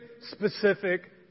specific